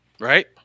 right